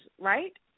right